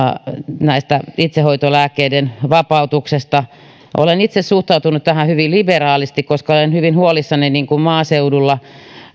näiden itsehoitolääkkeiden vapautuksesta olen itse suhtautunut tähän hyvin liberaalisti koska olen hyvin huolissani maaseudulla